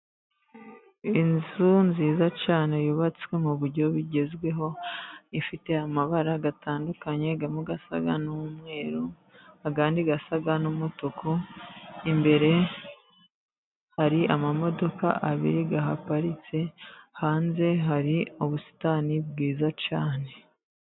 Inzu nziza cyane yubatswe mu buryo bugezweho, ifite amabara atandukanye, amwe asa n'umweru, ayandi asa n'umutuku, imbere hari amamodoka abiri ahaparitse, hanze hari ubusitani bwiza cyane.